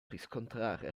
riscontrare